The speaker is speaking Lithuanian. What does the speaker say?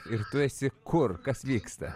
ir tu esi kur kas vyksta